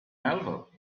melville